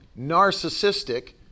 narcissistic